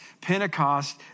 Pentecost